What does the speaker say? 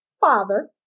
father